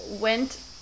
went